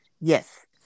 Yes